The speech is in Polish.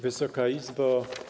Wysoka Izbo!